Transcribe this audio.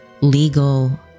legal